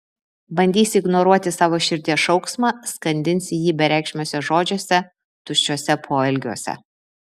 bandysi ignoruoti savo širdies šauksmą skandinsi jį bereikšmiuose žodžiuose tuščiuose poelgiuose